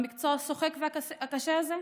במקצוע השוחק והקשה הזה?